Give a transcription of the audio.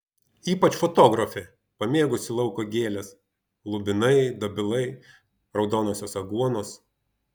ypač fotografė pamėgusi lauko gėles lubinai dobilai raudonosios aguonos